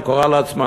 שקוראה לעצמה,